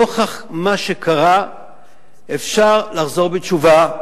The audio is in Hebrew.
נוכח מה שקרה אפשר לחזור בתשובה,